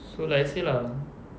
so like I say lah